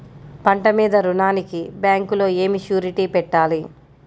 పంట మీద రుణానికి బ్యాంకులో ఏమి షూరిటీ పెట్టాలి?